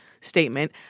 statement